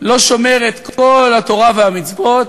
לא שומר את כל התורה והמצוות,